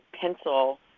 pencil